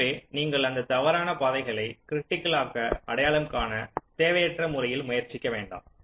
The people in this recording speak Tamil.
எனவே நீங்கள் அந்த தவறான பாதைகளை கிரிட்டிக்கல் ஆக அடையாளம் காண தேவையற்ற முறையில் முயற்சிக்க வேண்டாம்